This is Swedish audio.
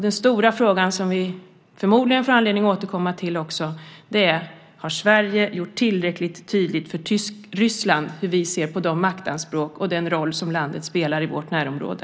Den stora frågan, som vi förmodligen får anledning att återkomma till också, är om Sverige har gjort tillräckligt tydligt för Ryssland hur vi ser på de maktanspråk och den roll som landet spelar i vårt närområde.